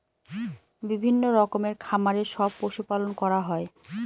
বিভিন্ন রকমের খামারে সব পশু পালন করা হয়